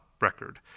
record